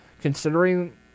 considering